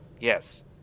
yes